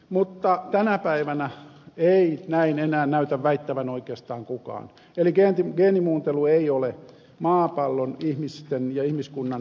mutta tänä päivänä ei näin enää näytä väittävän oikeastaan kukaan eli geenimuuntelu ei ole maapallon ihmisten ja ihmiskunnan ruokahuollon ratkaisu